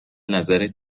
نظرت